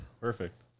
Perfect